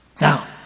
now